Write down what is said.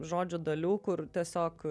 žodžių dalių kur tiesiog